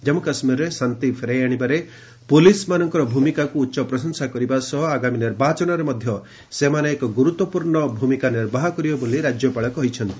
ଜାମ୍ମୁ କାଶ୍ମୀରରେ ଶାନ୍ତି ଫେରାଇ ଆଣିବାରେ ପୁଲିସ୍ମାନଙ୍କର ଭୂମିକାକୁ ଉଚ୍ଚ ପ୍ରଶଂସା କରିବା ସହ ଆଗାମୀ ନିର୍ବାଚନରେ ମଧ୍ୟ ସେମାନେ ଏକ ଗୁରୁତ୍ୱପୂର୍ଣ୍ଣ ଭୂମିକା ନିର୍ବାହ କରିବେ ବୋଲି ରାଜ୍ୟପାଳ କହିଛନ୍ତି